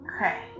Okay